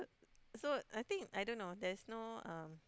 so I think I don't know there is no um